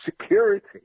security